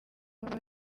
bari